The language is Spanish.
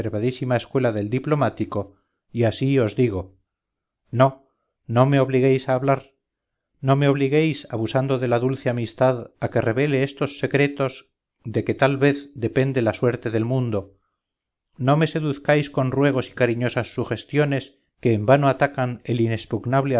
reservadísima escuela del diplomático y así os digo no no me obliguéis a hablar no me obliguéis abusando de la dulce amistad a que revele estos secretos de que tal vez depende la suerte del mundo no me seduzcáis con ruegos y cariñosas sugestiones que en vano atacan el inexpugnable